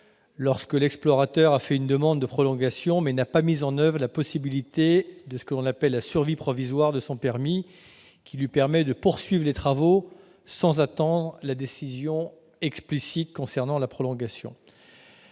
lorsque l'explorateur a fait une demande de prolongation, mais n'a pas mis en oeuvre ce que l'on appelle la « survie provisoire » de son permis, qui lui permet de poursuivre les travaux sans attendre la décision explicite sur la prolongation.